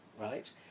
right